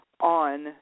on